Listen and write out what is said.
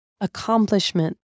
accomplishment